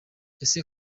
ese